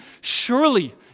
Surely